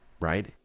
right